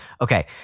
okay